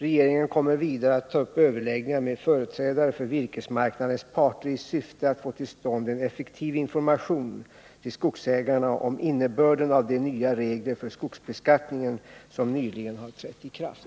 Regeringen kommer vidare att ta upp överläggningar med företrädare för virkesmarknadens parter i syfte att få till stånd en effektiv information till skogsägarna om innebörden av de nya regler för skogsbeskattningen som nyligen har trätt i kraft.